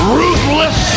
ruthless